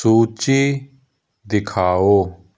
ਸੂਚੀ ਦਿਖਾਓ